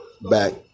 back